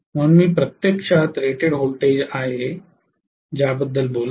म्हणून मी प्रत्यक्षात रेटेड व्होल्टेज आहे ज्याबद्दल मी बोलत आहे